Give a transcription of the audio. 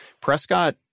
Prescott